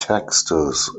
texts